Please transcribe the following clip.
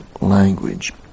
language